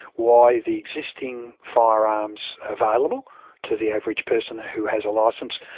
why the existing firearms available to the average person who has a licence,